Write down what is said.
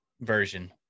version